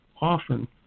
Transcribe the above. often